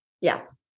Yes